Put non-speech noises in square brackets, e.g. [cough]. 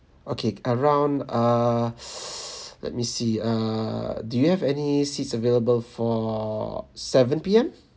okay around err [noise] let me see err do you have any seats available for seven P_M